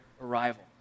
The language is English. arrival